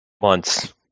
months